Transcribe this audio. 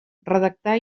redactar